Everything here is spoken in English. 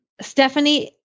Stephanie